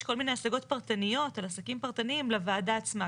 כל מיני השגות פרטניות על עסקים פרטניים לוועדה עצמה.